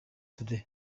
today